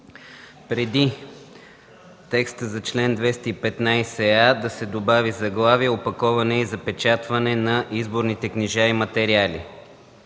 преди текста за чл. 215а да се добави заглавие – „Опаковане и запечатване на изборните книжа и материали”